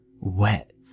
wet